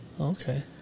Okay